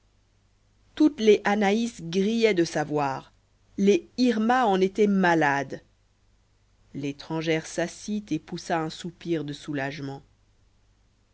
toutes les anaïs grillaient de savoir les irma en étaient malades l'étrangère s'assit et poussa un soupir de soulagement